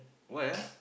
why ah